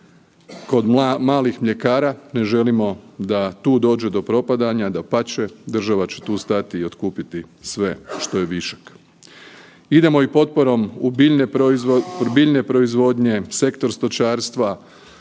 kod malih mljekara, ne želimo da tu dođe do propadanja, dapače država će tu stati i otkupiti sve što je višak. Idemo i potporom u biljne proizvodnje, sektor stočarstva,